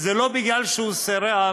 זה לא בגלל שהוא סירב